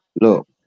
Look